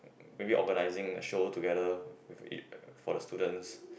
maybe organising a show together for the students